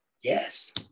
Yes